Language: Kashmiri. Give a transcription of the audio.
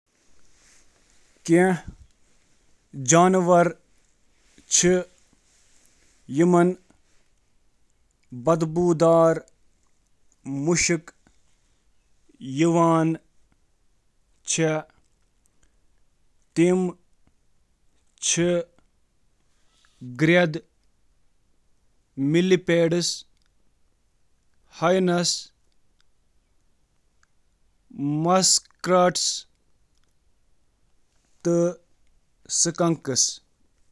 ساروٕے کھۄتہٕ زیادٕ مشہوٗر جانور ییٚمِس واریاہ خراب مُشُک چُھ سُکن۔ تم چِھ پننہٕ طاقتور سپرے خاطرٕ مشہور یُس خطرٕ پیٹھ دفاعی طریقہٕ کار کس طورس پیٹھ اکھ مضبوط، ناخوشگوار بدبو چُھ خارج کران۔ باقی جانور یمن منٛز مضبوط، ناخوشگوار بو ہیکہٕ أستھ۔